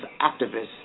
activists